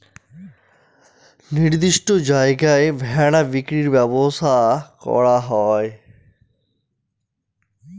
নির্দিষ্ট জায়গায় ভেড়া বিক্রির ব্যবসা করা হয়